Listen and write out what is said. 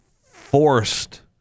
forced